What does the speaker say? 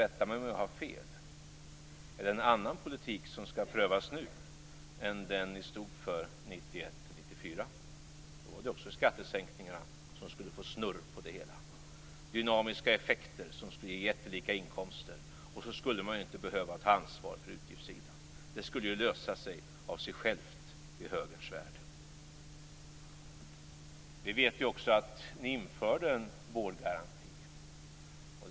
Rätta mig om jag har fel, är det en annan politik som skall prövas nu än den ni stod för 1991-1994? Då var det också skattesänkningar som skulle få snurr på det hela. Dynamiska effekter skulle ge jättelika inkomster, och man skulle inte behöva ta ansvar för utgiftssidan. Det skulle lösa sig av sig självt i högerns värld. Vi vet också att ni införde en vårdgaranti.